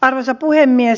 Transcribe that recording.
arvoisa puhemies